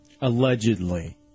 Allegedly